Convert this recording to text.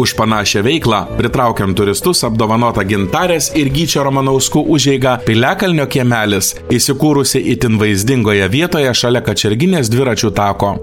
už panašią veiklą pritraukiant turistus apdovanotą gintarės ir gyčio ramanauskų užeigą piliakalnio kiemelis įsikūrusi itin vaizdingoje vietoje šalia kačerginės dviračių tako